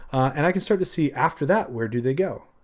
and i can start to see after that, where do they go?